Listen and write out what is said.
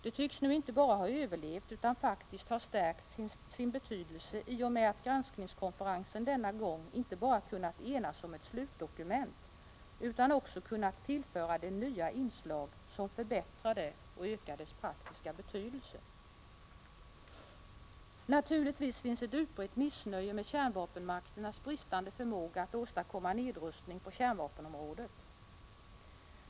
Det tycks nu inte bara ha överlevt utan faktiskt ha stärkt sin betydelse i och med att granskningskonferensen denna gång inte bara kunnat enas om ett slutdokument utan också kunnat tillföra det nya inslag som förbättrar det och ökar dess praktiska betydelse. Naturligtvis finns ett utbrett missnöje med kärnvapenmakternas bristande förmåga att åstadkomma nedrustning på kärnvapenområdet.